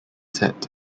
set